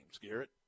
Garrett